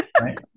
Right